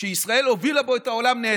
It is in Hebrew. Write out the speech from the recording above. שישראל הובילה בו את העולם נעצר.